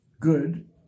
Good